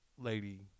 lady